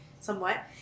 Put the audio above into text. Somewhat